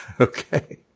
Okay